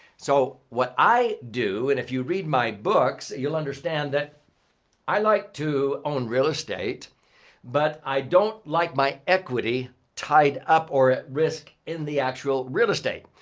so, what i do and if you read my books, you'll understand that i like to own real estate but i don't like my equity tied up or at risk in the actual real estate.